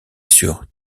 sur